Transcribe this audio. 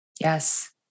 Yes